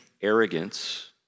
arrogance